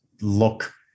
look